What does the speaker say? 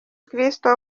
kristo